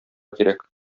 кирәк